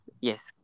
yes